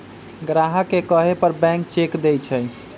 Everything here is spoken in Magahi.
ग्राहक के कहे पर बैंक चेक देई छई